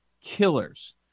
killers